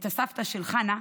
את הסבתא של חנה,